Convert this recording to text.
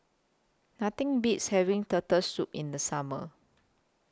Nothing Beats having Turtle Soup in The Summer